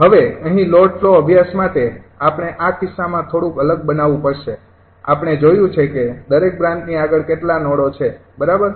હવે અહીં load flow અભ્યાસ માટે આપણે આ કિસ્સામાં થોડુંક અલગ બનાવવું પડશે આપણે જોયું છે કે દરેક બ્રાન્ચની આગળ કેટલા નોડો છે બરાબર